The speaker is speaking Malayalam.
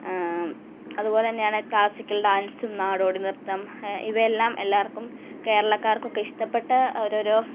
അതുപോലെ തന്നെയാണ് ക്ലാസിക്കല് ഡാന്സും നാടോടിനൃത്തം ഇവയെല്ലാം എല്ലാവര്ക്കും കേരളക്കാര്ക്കൊക്കെ ഇഷ്ടപ്പെട്ട ഓരോരൊ